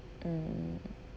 mm